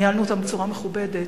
ניהלנו אותם בצורה מכובדת,